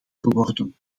geworden